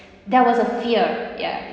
that was a fear ya